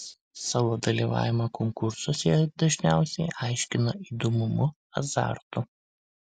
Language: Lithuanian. savo dalyvavimą konkursuose jie dažniau aiškina įdomumu azartu